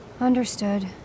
Understood